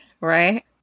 right